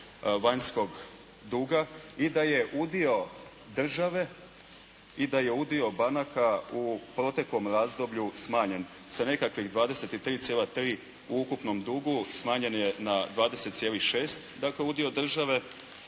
vanjskog duga i da je udio države i da je udio banaka u proteklom razdoblju smanjen sa nekakvih 23,3 u ukupnom dugu, smanjen je na 20,6., dakle, udio države.